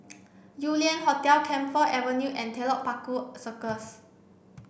Yew Lian Hotel Camphor Avenue and Telok Paku Circus